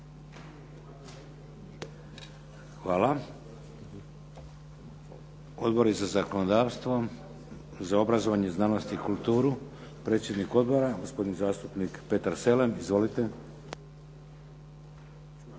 Hvala. Odbori za zakonodavstvo? Za obrazovanje, znanost i kulturu? Predsjednik odbora, gospodin zastupnik Petar Selem. Izvolite.